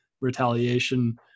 retaliation